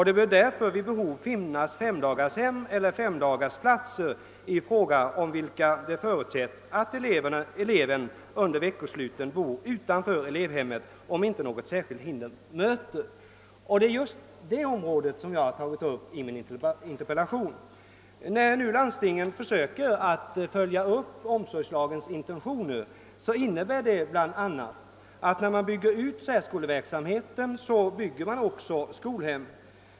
Det bör därför vid behov finnas femdagarshem eller femdagarsplatser i fråga om vilka det förutsätts att eleven under veckosluten bor utanför elevhemmet, om inte något särskilt hinder möter.> Det är just den saken som jag tagit upp i min interpellation. När landstingen nu försöker följa upp omsorgslagens intentioner innebär det bl.a. att man när man bygger ut särskoleverksamheten också bygger skolhem.